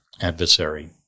adversary